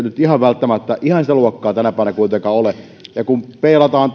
nyt välttämättä ihan sitä luokkaa tänä päivänä kuitenkaan ole kun peilataan